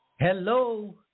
Hello